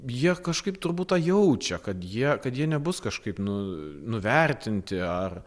jie kažkaip turbūt tą jaučia kad jie kad jie nebus kažkaip nu nuvertinti ar